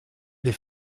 les